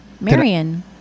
Marion